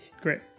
great